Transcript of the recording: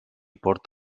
port